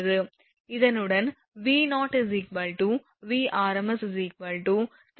இதனுடன் V0 𝑉𝑟𝑚𝑠 3 × 106 √2 × 0